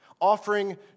offering